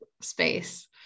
space